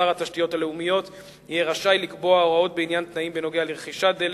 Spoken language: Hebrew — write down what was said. שר התשתיות יהיה רשאי לקבוע הוראות בעניין תנאים בנוגע לרכישת דלק,